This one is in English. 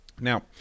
Now